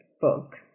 book